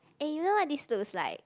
eh you know what this looks like